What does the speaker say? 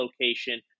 location